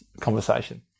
conversation